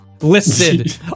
listed